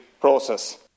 process